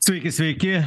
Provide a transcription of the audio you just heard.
sveiki sveiki